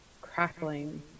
crackling